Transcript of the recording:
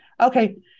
Okay